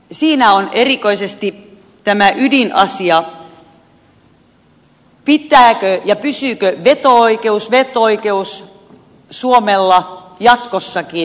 siinä on erikoisesti tämä ydinasia pitääkö ja pysyykö veto oikeus suomella jatkossakin